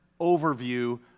overview